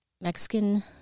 Mexican